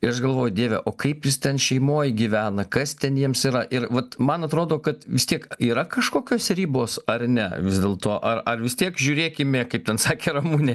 ir aš galvoju dieve o kaip jis ten šeimoj gyvena kas ten jiems yra ir vat man atrodo kad vis tiek yra kažkokios ribos ar ne vis dėlto ar ar vis tiek žiūrėkime kaip ten sakė ramunė